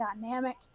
dynamic